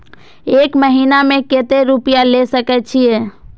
एक महीना में केते रूपया ले सके छिए?